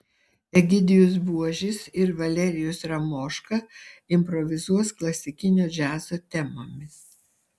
egidijus buožis ir valerijus ramoška improvizuos klasikinio džiazo temomis